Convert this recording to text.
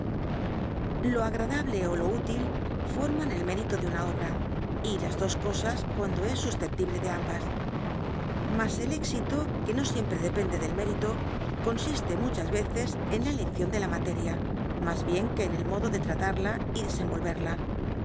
lo agradable ó lo útil forman el mérito de tma obra y las dos cosas cuando es susceptible de ambas mas el ex ito que no siempre depende del mérito consiste muchas veces en la elección de la materia mas bien que en el modo de tratarla y desenvolverla